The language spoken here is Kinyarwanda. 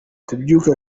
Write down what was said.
kubyuka